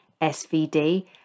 SVD